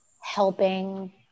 helping